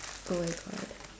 oh my god